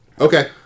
Okay